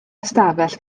ystafell